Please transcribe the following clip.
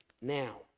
now